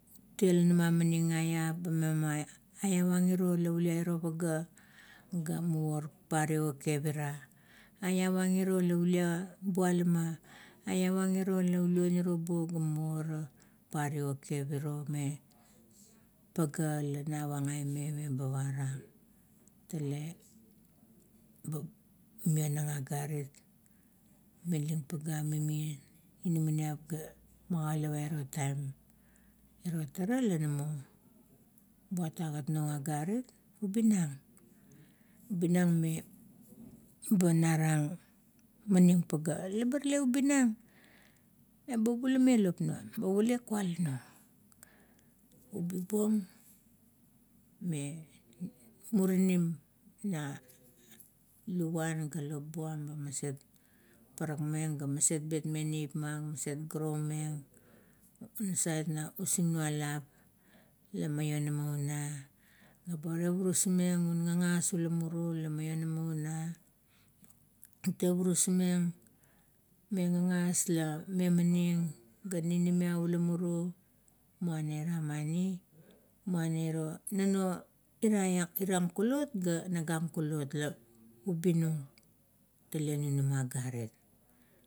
Tiea la na mo amaning aia, ba memama, aia wang iro la ulia i ro pagea ga muvor paruio kekep ira, aoa wang iro la ulia bualama, aiawang iro la ulio nirobu ga mura pario kekep iro, me pagea la navang aime meba parang, tele be milang agarit. Milin pageap ba mim, inamaniap ga magaulap airo taim. Iro tara la namo but agat nung agarit. Ubi nang, ubi nang me banarang mani pagea. Barale ubi nang, ba vulameng lop nuam, ba vulaiang kualanungi ubi bong me murinim na luguan ga lop buam ba maset parakmeng, ga maset betmeng neipma, ga maset grou meng, insait na using nualap la ma ionama una ga tevurus meng un gagas ula muru la maionama una. Ba tevurus meng me gagas la mamaning ga ninimaiap ula mumuru, muana ir mani, muana iro, nuo irang kulot ga nagang kulot la ubi nung tare nunama agarit.